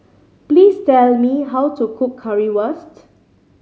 please tell me how to cook Currywurst